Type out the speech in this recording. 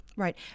Right